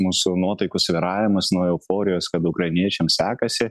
mūsų nuotaikų svyravimas nuo euforijos kad ukrainiečiam sekasi